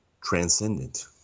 transcendent